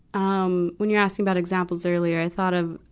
um when you're asking about examples earlier, i thought of,